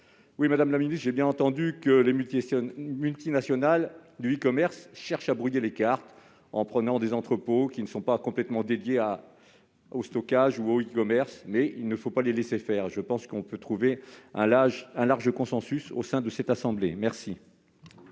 ? Madame la ministre, j'ai bien entendu que les multinationales du e-commerce cherchaient à brouiller les cartes en utilisant des entrepôts qui ne sont pas complètement dédiés au stockage ou au e-commerce, mais il ne faut pas les laisser faire ! Je pense que nous pouvons trouver un large consensus sur cette question au sein